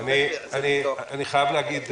אני חייב להגיד,